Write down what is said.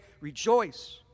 rejoice